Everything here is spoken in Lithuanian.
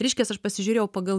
reiškias aš pasižiūrėjau pagal